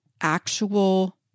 actual